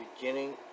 Beginning